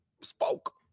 spoke